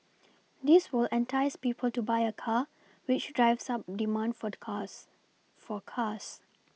this will entice people to buy a car which drives up demand for the cars for cars